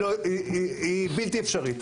היא בלתי אפשרית.